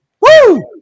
Woo